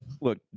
Look